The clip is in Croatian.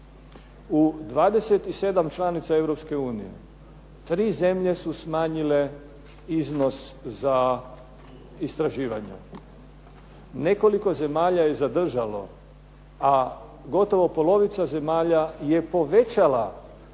U 27 članica Europske unije 3 zemlje su smanjile iznos za istraživanja. Nekoliko zemalja je zadržalo, a gotovo polovica zemalja je povećala